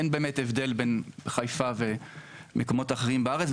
אין באמת הבדל בין חיפה ומקומות אחרים בארץ,